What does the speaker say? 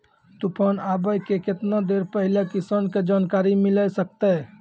तूफान आबय के केतना देर पहिले किसान के जानकारी मिले सकते?